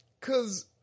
Cause